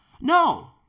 No